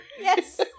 Yes